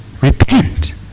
Repent